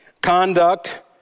conduct